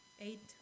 eight